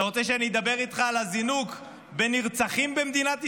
אתה רוצה שאני אדבר איתך על הזינוק בנרצחים במדינת ישראל?